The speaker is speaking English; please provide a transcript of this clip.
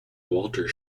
walter